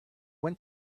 went